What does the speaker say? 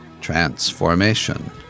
Transformation